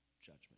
judgment